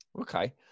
Okay